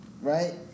right